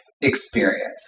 experience